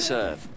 Serve